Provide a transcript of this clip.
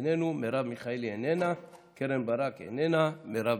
איננו, מרב מיכאלי, איננה, קרן ברק, איננה, מירב